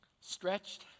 stretched